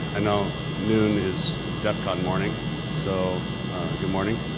i know noon is defcon morning so good morning.